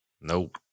Nope